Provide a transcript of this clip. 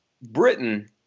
Britain